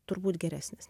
turbūt geresnės